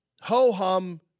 ho-hum